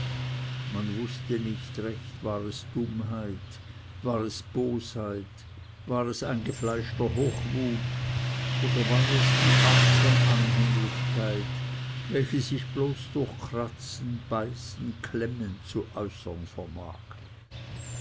man wußte nicht recht war es dummheit war es bosheit war es eingefleischter hochmut oder war es die art von anhänglichkeit die sich bloß durch kratzen beißen klemmen zu äußern vermag